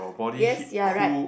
yes you are right